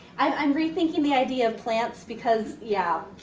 i'm rethinking the idea of plants because, yeah.